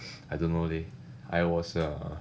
I don't know leh I was err